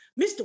Mr